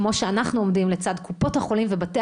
כמו שאנחנו עומדים לצד קופות החולים ובתי